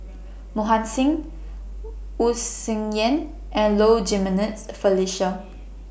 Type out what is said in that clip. Mohan Singh Wu Tsai Yen and Low Jimenez Felicia